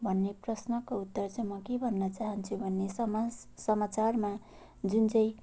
भन्ने प्रश्नको उत्तर चाहिँ म के भन्न चाहन्छु भन्ने समाज समाचारमा जुन चाहिँ